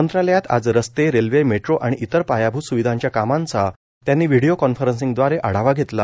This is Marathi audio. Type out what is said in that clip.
मंत्रालयात आज रस्ते रेल्वे मेट्रो आणि इतर पायाभूत सुविधांच्या कामांचा त्यांनी व्हिडीओ कॉन्फरन्सींगद्वारे आढावा घेतला